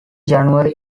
january